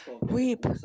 weep